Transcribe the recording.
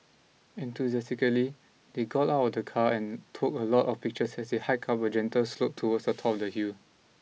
enthusiastically they got out of the car and took a lot of pictures as they hiked up a gentle slope towards the top of the hill